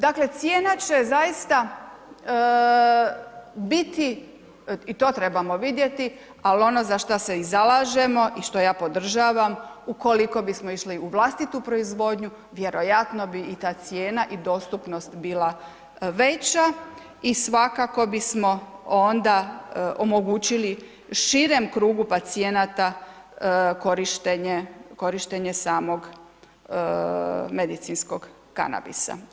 Dakle, cijena će zaista biti i to trebamo vidjeti, ali ono za šta se i zalažemo i što ja podržavam ukoliko bismo išli u vlastitu proizvodnju, vjerojatno bi i ta cijena i dostupnost bila veća i svakako bismo onda omogućili onda širem krugu pacijenata, korištenje, korištenje samog medicinskog kanabisa.